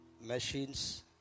machines